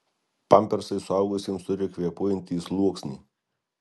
pampersai suaugusiems turi kvėpuojantį sluoksnį